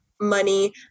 money